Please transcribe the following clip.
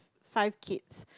five kids